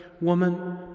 woman